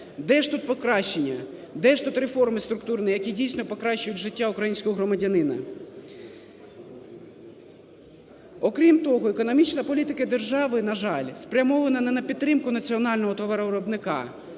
Де ж тут покращання? Де ж тут реформи структурні, які дійсно покращують життя українського громадянина? Окрім того, економічна політика держави, на жаль, спрямована не на підтримку національного товаровиробника,